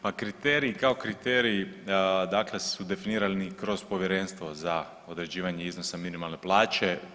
Pa kriterij kao kriterij dakle su definirani kroz Povjerenstvo za određivanje iznosa minimalne plaće.